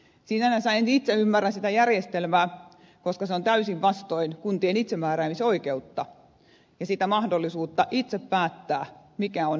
sinänsä en itse ymmärrä sitä järjestelmää koska se on täysin vastoin kuntien itsemääräämisoikeutta ja mahdollisuutta itse päättää mikä on se veroprosentti